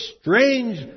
strange